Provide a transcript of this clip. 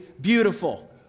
beautiful